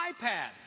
iPad